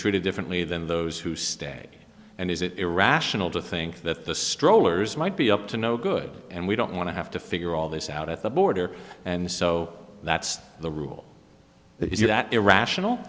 treated differently than those who stay and is it irrational to think that the strollers might be up to no good and we don't want to have to figure all this out at the border and so that's the rule is you that irrational